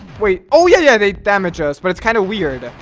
wait oh yeah, yeah, they damaged us, but it's kind of weird